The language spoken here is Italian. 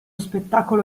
spettacolo